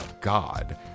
God